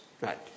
Right